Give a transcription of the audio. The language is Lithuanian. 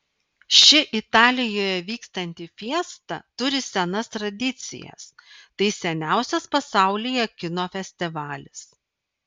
ši italijoje vykstanti fiesta turi senas tradicijas tai seniausias pasaulyje kino festivalis